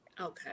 Okay